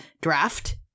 draft